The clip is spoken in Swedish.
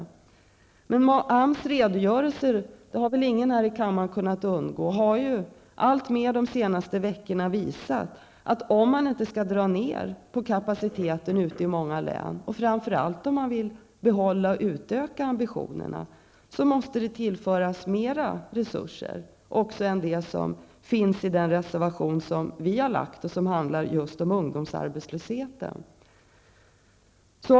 Ingen här i kammaren har väl kunnat undgå att ta del av AMS redogörelser. Man har de senaste veckorna alltmer visat, att om man i olika län inte skall tvingas dra ned på kapaciteten utan i stället utöka ambitionerna, då måste det tillföras mer resurser, t.o.m. mer resurser än de vi föreslår i vår reservation för att råda bot på ungdomsarbetslösheten.